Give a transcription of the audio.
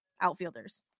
outfielders